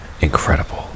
incredible